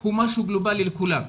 הוא משהו גלובלי לכולם.